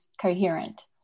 coherent